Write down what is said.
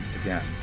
again